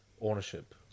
ownership